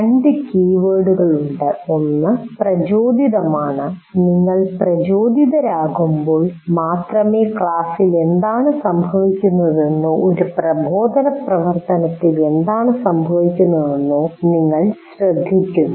രണ്ട് കീവേഡുകൾ ഉണ്ട് ഒന്ന് പ്രചോദിതമാണ് നിങ്ങൾ പ്രചോദിതരാകുമ്പോൾ മാത്രമേ ക്ലാസിൽ എന്താണ് സംഭവിക്കുന്നതെന്നോ ഒരു പ്രബോധനപ്രവർത്തനത്തിൽ എന്താണ് സംഭവിക്കുന്നതെന്നോ നിങ്ങൾ ശ്രദ്ധിക്കുന്നത്